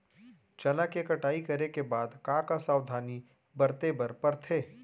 चना के कटाई करे के बाद का का सावधानी बरते बर परथे?